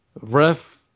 Ref